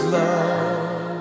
love